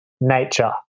nature